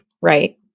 right